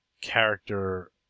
character